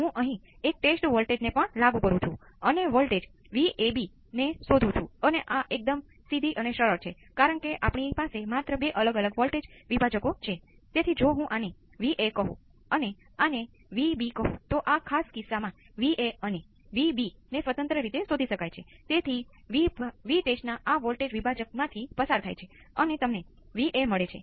હવે કારણ કે વિકલન સમીકરણો સમાન છે તેથી આ દરેક ચલો પણ સમાન પ્રતિભાવને અનુસરે છે